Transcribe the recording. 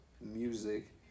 music